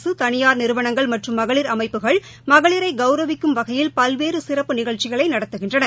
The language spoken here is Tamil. அரசு தனியார் நிறுவனங்கள் மற்றும் மகளிர் அமைப்புகள் மகளிரைகௌரவிக்கும் வகையில் பல்வேறுசிறப்பு நிகழ்ச்சிகளைநடத்துகின்றன